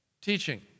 teaching